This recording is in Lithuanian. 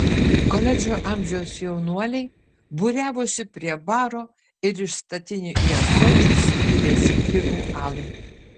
koledžo amžiaus jaunuoliai būriavosi prie baro ir iš statinių į ąsočius pylėsi pigų alų